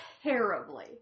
Terribly